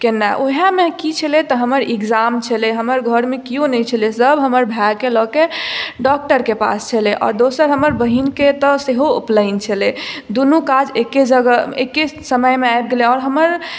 केनाइ ओएहमे की छलै तऽ हमर एग्जाम छलै हमर घरमे केओ नहि छलै सभ हमर भायके लऽ के डॉक्टरके पास छलै आओर दोसर हमर बहिनके ओतय सेहो ओ उपनयन छलै दुनू काज एके जगह एके समयमे आबि गेलै आओर हमर